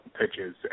pitches